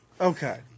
Okay